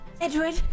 Edward